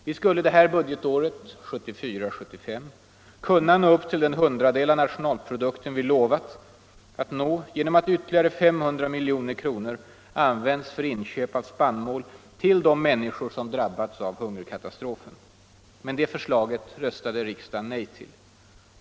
Vi skulle detta budgetår, 1974/75, kunna nå upp till den hundradel av nationalprodukten vi lovat nå genom att ytterligare 500 milj.kr. används för inköp av spannmål till de människor som drabbats av hungerkatastrofen. Men det förslaget röstade riksdagen nej till.